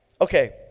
Okay